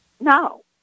No